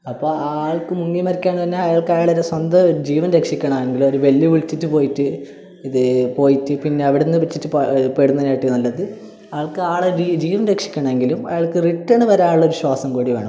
അപ്പം ആ ആൾക്ക് മുങ്ങി മരിക്കാണ്ട് തന്നെ അയാൾക്ക് അയാളെ ഒരു സ്വന്തം ജീവൻ രക്ഷിക്കണമങ്കിൽ ഒരു വെല്ലു വിളിച്ചിട്ട് പോയിട്ട് ഇതേ പോയിട്ട് പിന്നെ അവിടന്ന് വിളിച്ചിട്ട് പെടുന്നതിനെകാട്ടി നല്ലത് ആൾക്ക് ആളെ ജീവൻ രക്ഷിക്കണമെങ്കിലും അയാൾക്ക് റിട്ടേൺ വരാനുള്ള ഒരു ശ്വാസം കൂടി വേണം